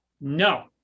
no